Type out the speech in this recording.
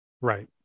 Right